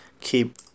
Keep